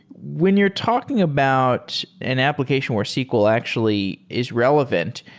when you're talking about an application where sql actually is relevant,